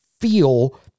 feel